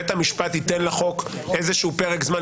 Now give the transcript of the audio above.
כנ"ל לגבי השוויון.